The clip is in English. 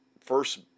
first